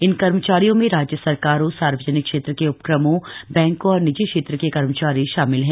इन कर्मचारियों में राज्य सरकारोंए सार्वजनिक क्षेत्र के उ क्रमोंए बैंकों और निजी क्षेत्र के कर्मचारी शामिल हैं